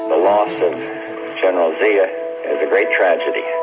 the loss of general zia is a great tragedy.